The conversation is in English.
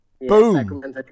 Boom